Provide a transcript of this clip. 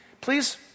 please